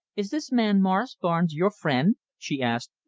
is this man morris barnes your friend? she asked,